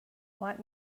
want